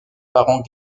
parents